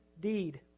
deed